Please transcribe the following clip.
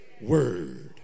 word